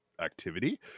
activity